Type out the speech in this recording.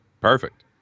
Perfect